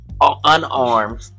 unarmed